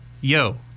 yo